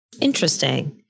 Interesting